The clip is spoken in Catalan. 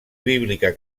bíblica